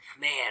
man